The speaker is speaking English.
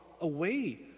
away